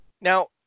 now